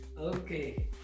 Okay